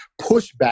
pushback